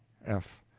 f.